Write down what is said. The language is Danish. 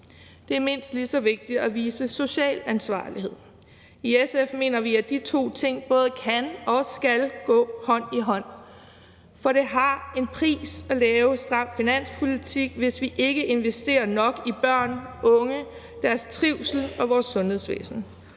Det er mindst lige så vigtigt at vise social ansvarlighed. I SF mener vi, at de to ting både kan og skal gå hånd i hånd. For det har en pris at lave stram finanspolitik, hvis vi ikke investerer nok i børn og unge, deres trivsel og vores sundhedsvæsen.